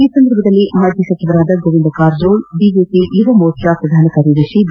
ಈ ಸಂದರ್ಭದಲ್ಲಿ ಮಾಜಿ ಸಚಿವರಾದ ಗೋವಿಂದ್ ಕಾರಜೋಳ ಬಿಜೆಪಿ ಯುವಮೋರ್ಚಾ ಪ್ರಧಾನ ಕಾರ್ಯದರ್ಶಿ ಬಿ